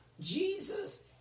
Jesus